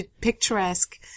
picturesque